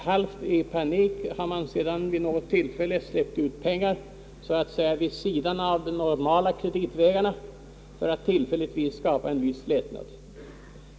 Halvt i panik har regeringen sedan vid något tillfälle släppt ut pengar så att säga vid sidan av de normala kreditvägarna för att tillfälligtvis skapa en viss lättnad.